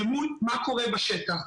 אל מול מה קורה בשטח.